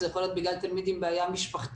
זה יכול להיות בגלל תלמיד עם בעיה משפחתית,